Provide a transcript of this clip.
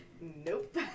Nope